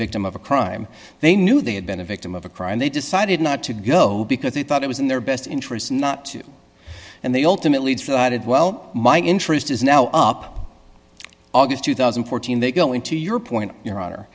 victim of a crime they knew they had been a victim of a crime they decided not to go because they thought it was in their best interests not to and they ultimately decided well my interest is now up august two thousand and fourteen they go into your point your hon